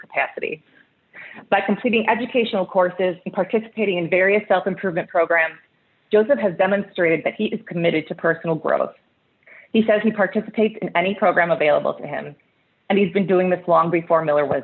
capacity by completing educational courses and participating in various self improvement programs doesn't has demonstrated that he is committed to personal growth he says he participates in any program available to him and he's been doing this long before miller was